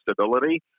stability